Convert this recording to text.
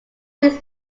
these